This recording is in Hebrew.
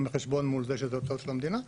בחשבון מול זה שזה הוצאות של המדינה,